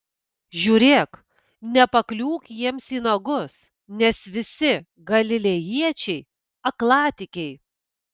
žiūrėk nepakliūk jiems į nagus nes visi galilėjiečiai aklatikiai